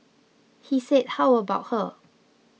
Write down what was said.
he said how about her